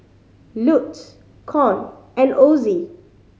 Lute Con and Ozie